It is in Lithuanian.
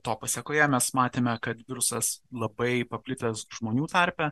to pasekoje mes matėme kad virusas labai paplitęs žmonių tarpe